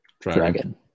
dragon